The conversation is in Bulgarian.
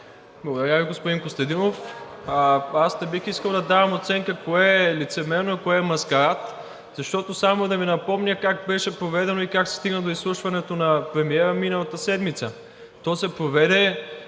Благодаря Ви, господин Костадинов. Аз не бих искал да давам оценка кое е лицемерно, кое е маскарад, защото само да Ви напомня как беше проведено и как се стигна до изслушването на премиера миналата седмица. То се проведе